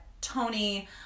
Tony